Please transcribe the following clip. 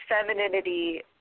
femininity